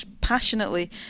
passionately